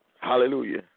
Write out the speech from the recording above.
Hallelujah